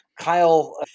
Kyle